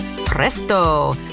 presto